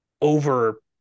over